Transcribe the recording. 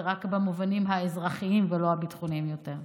רק במובנים האזרחיים ולא הביטחוניים יותר.